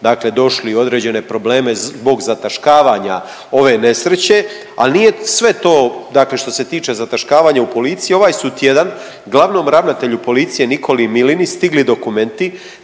dakle došli u određene probleme zbog zataškavanja ove nesreće, al nije sve to dakle što se tiče zataškavanja u policiji, ovaj su tjedan glavnom ravnatelju policije Nikoli Milini stigli dokumenti